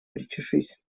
причешись